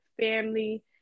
family